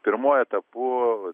pirmuoju etapu